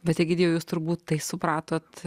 bet egidijau jūs turbūt tai supratote